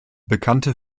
bekannte